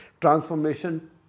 transformation